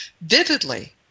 vividly